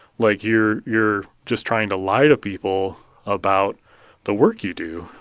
like, you're you're just trying to lie to people about the work you do,